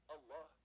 Allah